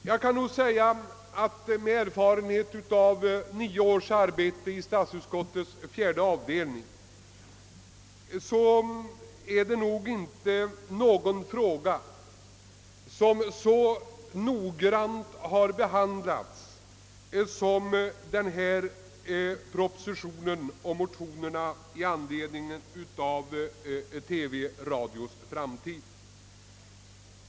Jag kan med erfarenhet av nio års arbete i statsutskottets fjärde avdelning omvittna att troligen inte någon fråga så noggrant har behandlats som propo sitionen och de i anslutning till denna väckta motionerna om televisionens och radions framtid.